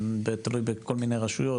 ותלוי בכל מיני רשויות.